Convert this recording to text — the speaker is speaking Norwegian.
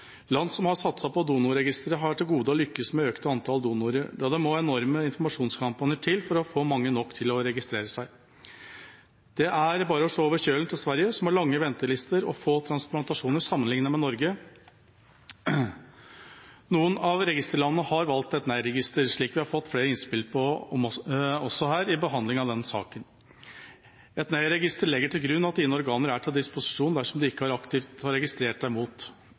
Land som har satset på donorregister, har til gode å lykkes med å øke antallet donorer, da det må enorme informasjonskampanjer til for å få mange nok til å registrere seg. Det er bare å se over kjølen til Sverige, som har lange ventelister og få transplantasjoner sammenliknet med Norge. Noen av registerlandene har valgt et nei-register, slik vi har fått flere innspill om også i behandlingen av denne saka. Et nei-register legger til grunn at dine organer er til disposisjon dersom du ikke aktivt har registret deg mot.